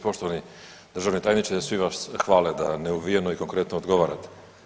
Poštovani državni tajniče, svi vas hvale da neuvijeno i konkretno odgovarate.